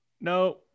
No